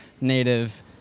native